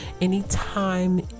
anytime